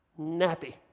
Nappy